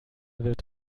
wird